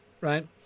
right